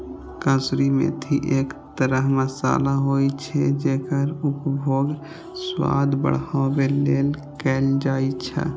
कसूरी मेथी एक तरह मसाला होइ छै, जेकर उपयोग स्वाद बढ़ाबै लेल कैल जाइ छै